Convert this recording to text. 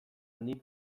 nik